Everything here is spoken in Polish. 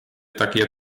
takiej